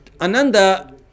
Ananda